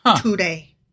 today